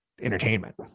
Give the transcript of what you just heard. entertainment